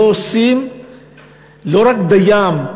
לא עושים לא רק דיים,